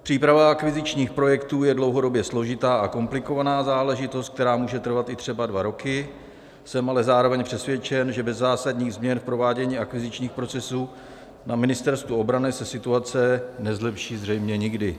Příprava akvizičních projektů je dlouhodobě složitá a komplikovaná záležitost, která může trvat třeba i dva roky, jsem ale zároveň přesvědčen, že bez zásadních změn v provádění akvizičních procesů na Ministerstvu obrany se situace zřejmě nezlepší nikdy.